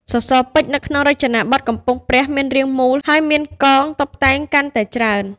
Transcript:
សសរពេជ្រក្នុងរចនាបថកំពង់ព្រះមាន រាងមូល ហើយមាន កងតុបតែង កាន់តែច្រើន។